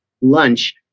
lunch